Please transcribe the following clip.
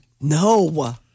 No